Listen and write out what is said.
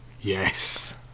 Yes